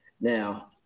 Now